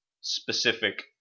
specific